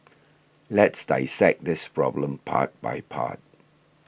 let's dissect this problem part by part